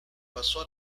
pasó